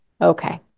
Okay